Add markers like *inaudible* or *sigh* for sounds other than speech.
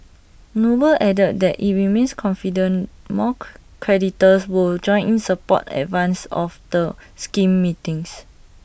noble added that IT remains confident more *unintelligible* creditors will join in support in advance of the scheme meetings